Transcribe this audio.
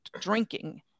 drinking